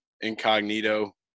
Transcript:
incognito